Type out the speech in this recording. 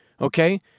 Okay